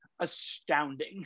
astounding